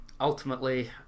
ultimately